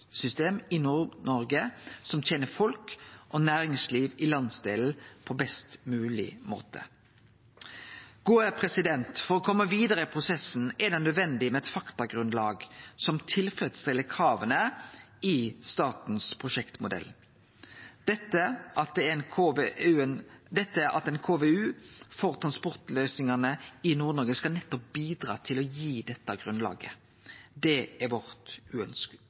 i Nord-Noreg som tener folk og næringsliv i landsdelen på best mogleg måte. For å kome vidare i prosessen er det nødvendig med eit faktagrunnlag som tilfredsstiller krava i statens prosjektmodell. Ein KVU for transportløysingane i Nord-Noreg skal bidra til å gi dette grunnlaget. Det er vårt